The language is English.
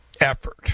effort